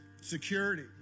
Security